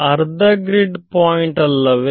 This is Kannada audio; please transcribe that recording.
ಅರ್ಧ ಗ್ರಿಡ್ ಪಾಯಿಂಟ್ ಅಲ್ಲವೇ